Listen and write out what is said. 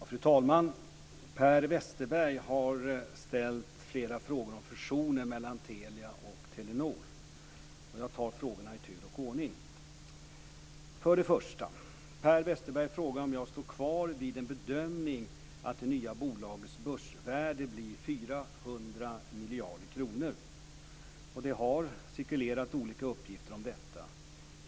Fru talman! Per Westerberg har ställt flera frågor om fusionen mellan Telia och Telenor. Jag tar frågorna i tur och ordning: 1. Per Westerberg frågar om jag står kvar vid en bedömning att det nya bolagets börsvärde blir 400 miljarder kronor. Det har cirkulerat olika uppgifter om detta.